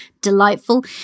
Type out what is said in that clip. Delightful